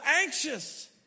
anxious